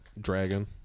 dragon